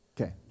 Okay